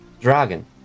dragon